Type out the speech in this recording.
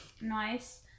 Nice